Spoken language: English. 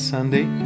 Sunday